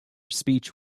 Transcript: speech